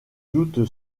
doute